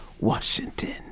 Washington